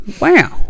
wow